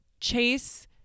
Chase